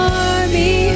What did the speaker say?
army